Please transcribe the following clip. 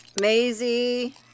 Maisie